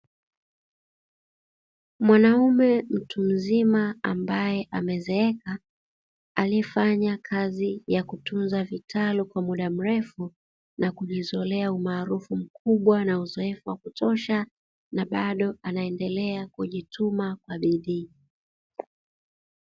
Mwanaume mtu mzima ambaye amezeeka, aliyefanya kazi ya kutunza vitalu kwa mda mrefu na kujizolea umaarufu mkubwa, na bado anaendelea kujituma kwa bidii.